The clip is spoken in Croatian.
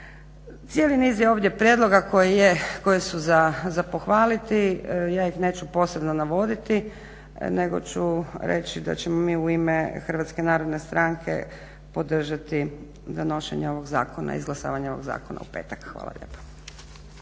Cijeli niz je ovdje prijedloga koji su za pohvaliti, ja ih neću posebno navoditi nego ću reći da ćemo mi u ime Kluba HNS-a podržati donošenje ovog zakona, izglasavanje ovog zakona u petak. Hvala lijepa.